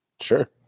Sure